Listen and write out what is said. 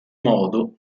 modo